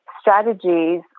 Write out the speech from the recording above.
strategies